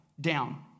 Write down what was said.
down